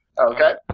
Okay